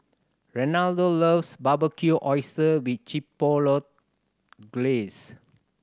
Reynaldo loves Barbecued Oyster with Chipotle Glaze